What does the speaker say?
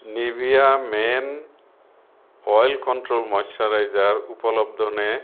Nivea men oil control moisturiser উপলব্ধ নে